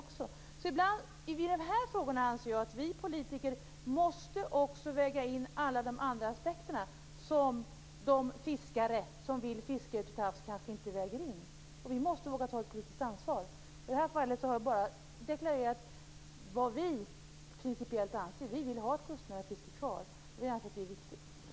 Vi politiker måste i dessa frågor också väga in alla de andra aspekter som de fiskare som vill fiska ute till havs kanske inte väger in. Vi måste våga ta ett politiskt ansvar. I det här fallet har jag bara deklarerat vad vi principiellt anser. Vi vill ha kvar ett kustnära fiske. Vi anser att det är viktigt.